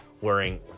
wearing